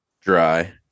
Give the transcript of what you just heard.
Dry